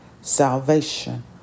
salvation